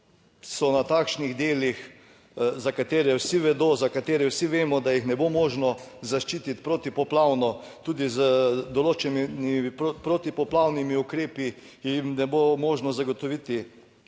so na takšnih delih, za katere vsi vedo, za katere vsi vemo, da jih ne bo možno zaščititi protipoplavno, tudi z določenimi protipoplavnimi ukrepi jim ne bo možno zagotoviti